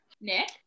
Nick